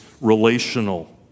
relational